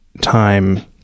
time